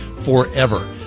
forever